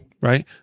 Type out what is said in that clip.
right